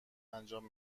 انجام